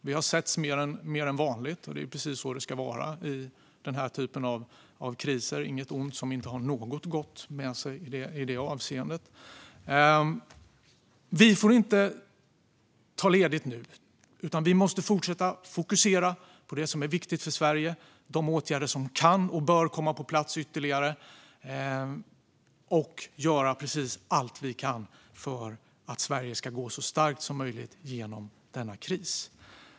Vi har setts mer än vanligt, och det är precis så det ska vara i den här typen av kriser. Inget ont som inte har något gott med sig i det avseendet. Vi får inte ta ledigt nu, utan vi måste fortsätta att fokusera på det som är viktigt för Sverige - de ytterligare åtgärder som kan och bör komma på plats - och göra precis allt vi kan för att Sverige ska gå så starkt som möjligt genom denna kris.